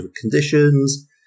conditions